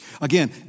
Again